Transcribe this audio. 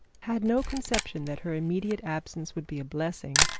had no conception that her immediate absence would be a blessing,